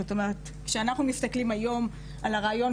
זאת אומרת כשאנחנו מסתכלים היום על הרעיון